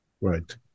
Right